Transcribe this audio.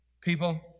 People